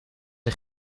een